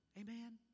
Amen